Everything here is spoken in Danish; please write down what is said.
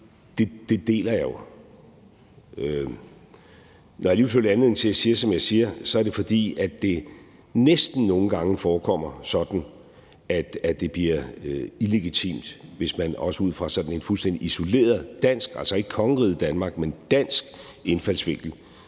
Det deler jeg jo. Når jeg alligevel følte anledning til at sige, som jeg siger, er det, fordi det næsten nogle gange forekommer sådan, at det bliver illegitimt, hvis man også ud fra sådan en fuldstændig isoleret dansk – altså ikke kongeriget Danmark, men dansk – indfaldsvinkel